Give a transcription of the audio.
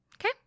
Okay